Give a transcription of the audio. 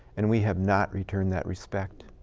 and we have not returned that respect.